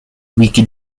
wiki